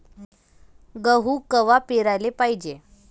गहू कवा पेराले पायजे?